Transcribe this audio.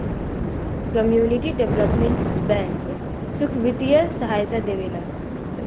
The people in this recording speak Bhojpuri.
कम्युनिटी डेवलपमेंट बैंक सुख बित्तीय सहायता देवेला